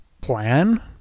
plan